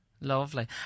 lovely